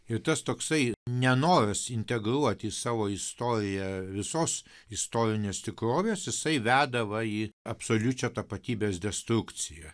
ir tas toksai nenoras integruot į savo istoriją visos istorinės tikrovės jisai veda va į absoliučią tapatybės destrukciją